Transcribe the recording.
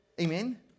Amen